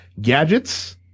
gadgets